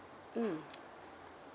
mm